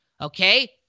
Okay